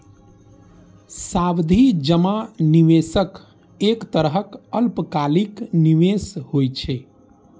सावधि जमा निवेशक एक तरहक अल्पकालिक निवेश होइ छै